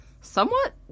somewhat